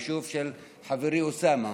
היישוב של חברי אוסאמה